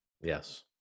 Yes